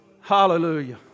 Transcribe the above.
Hallelujah